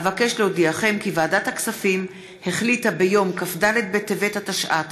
אבקש להודיעכם כי ועדת הכספים החליטה ביום כ"ד בטבת התשע"ט,